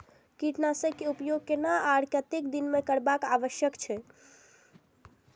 कीटनाशक के उपयोग केना आर कतेक दिन में करब आवश्यक छै?